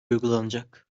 uygulanacak